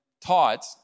taught